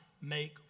make